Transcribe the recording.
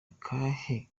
akahe